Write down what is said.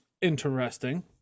interesting